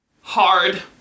Hard